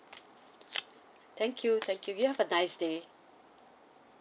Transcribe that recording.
thank you thank you you have a nice day